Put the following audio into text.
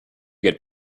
get